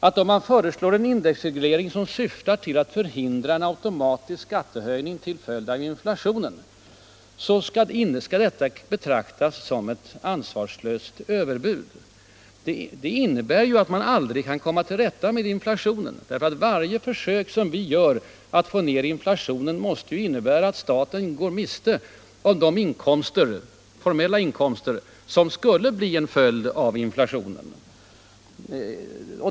När man föreslår en indexreglering som syftar till att förhindra en automatisk skattehöjning till följd av inflationen, skall detta betraktas som ett ansvarslöst överbud. Det innebär ju att vi aldrig kan komma till rätta med inflationen. Varje försök som vi gör att få ner inflationen måste innebära att staten går miste om de formella inkomster som skulle bli en följd av inflationen.